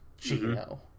Gino